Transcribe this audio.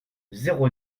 zéro